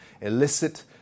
illicit